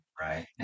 Right